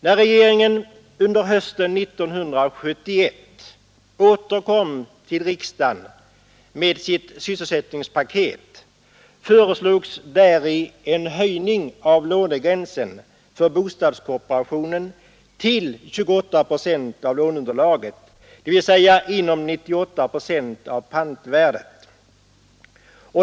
När regeringen under hösten 1971 återkom till riksdagen med sitt sysselsätt ningspaket föreslog den en höjning av lånegränsen för bostadskooperationen till 28 procent av låneunderlaget, dvs. 98 procent av pantvärdet.